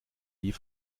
wie